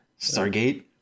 Stargate